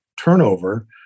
turnover